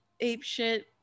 apeshit